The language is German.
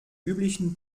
üblichen